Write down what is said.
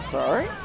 Sorry